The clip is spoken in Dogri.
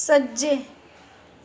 सज्जे